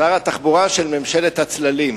שר התחבורה של ממשלת הצללים,